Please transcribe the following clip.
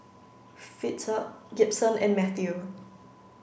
Fitzhugh Gibson and Matthew